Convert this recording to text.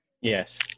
yes